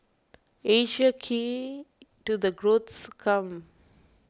Asia key to the growth come